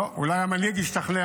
טוב, אולי המנהיג ישתכנע